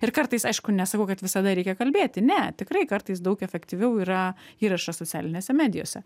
ir kartais aišku nesakau kad visada reikia kalbėti ne tikrai kartais daug efektyviau yra įrašas socialinėse medijose